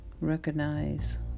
recognize